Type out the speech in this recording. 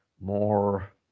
more